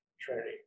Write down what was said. Trinity